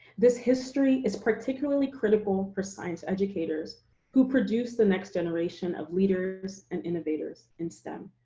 this history is particularly critical for science educators who produce the next generation of leaders and innovators in stem.